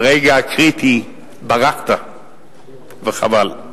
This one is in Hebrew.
ברגע הקריטי ברחת, וחבל.